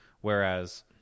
Whereas